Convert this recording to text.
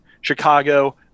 Chicago –